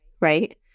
right